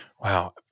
Wow